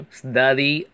study